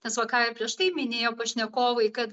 nes va ką ir prieš tai minėjo pašnekovai kad